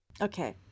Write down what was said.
Okay